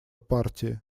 партии